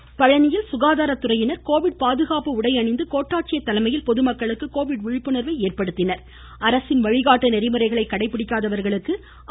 இருவரி பழனியில் சுகாதாரத்துறையினர் கோவிட் பாதுகாப்பு உடை அணிந்து கோட்டாச்சியர் தலைமையில் பொதுமக்களுக்கு கோவிட் விழிப்புணர்வை இன்று அரசின் வழிகாட்டு நெறிமுறைகளை கடைபிடிக்காதவர்களுக்கு ஏற்படுத்தினர்